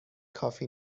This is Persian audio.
کافی